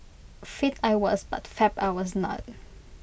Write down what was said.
fit I was but fab I was not